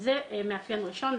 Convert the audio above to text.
זה מאפיין ראשון.